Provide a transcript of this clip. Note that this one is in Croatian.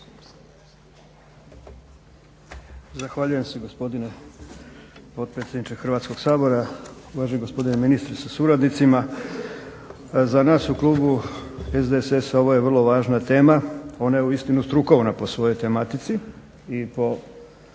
Zahvaljujem se gospodine potpredsjedniče Hrvatskog sabora, uvaženi gospodine ministre sa suradnicima. Za nas u klubu SDSS-a ovo je vrlo važna tema, ona je uistinu strukovna po svojoj tematici i po